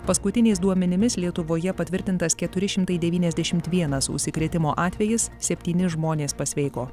paskutiniais duomenimis lietuvoje patvirtintas keturi šimtai devyniasdešimt vienas užsikrėtimo atvejis septyni žmonės pasveiko